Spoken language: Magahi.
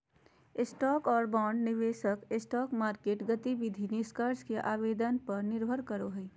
स्टॉक और बॉन्ड में निवेश स्टॉक मार्केट गतिविधि निष्कर्ष के आवेदन पर निर्भर करो हइ